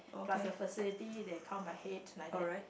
plus the facility they count by head like that